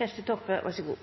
eit samfunn der alle kan delta, og